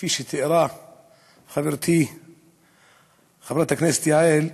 וכפי שתיארה חברתי חברת הכנסת יעל,